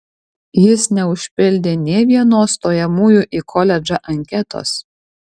jis neužpildė nė vienos stojamųjų į koledžą anketos